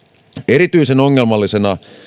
erityisen ongelmallisena